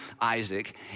Isaac